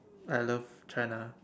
I love China